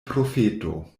profeto